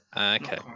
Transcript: okay